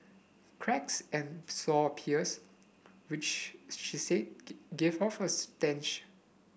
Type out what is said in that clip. cracks and sore appears which she said give off a stench